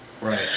Right